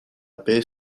paix